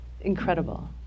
Incredible